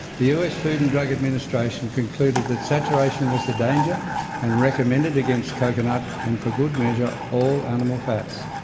the us food and drug administration concluded that saturation was the danger and recommended against coconut, and for good measure, all animal fats.